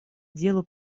делу